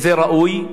שזה ראוי.